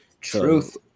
Truth